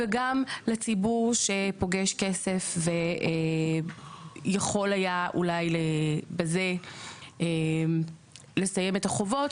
וגם לציבור שפוגש כסף ויכול היה אולי בזה לסיים את החובות,